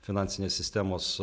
finansinės sistemos